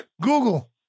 Google